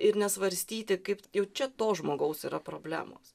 ir nesvarstyti kaip jau čia to žmogaus yra problemos